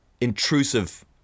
intrusive